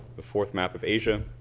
the fourth map of asia.